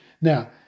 Now